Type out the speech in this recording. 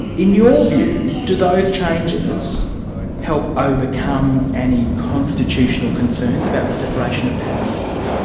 in your view, do those changes help overcome any constitutional concerns about the separation of powers?